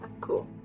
cool